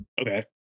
Okay